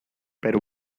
pero